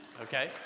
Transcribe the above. Okay